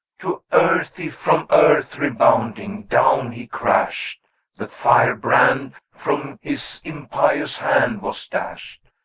to earthy from earth rebounding, down he crashed the fire-brand from his impious hand was dashed,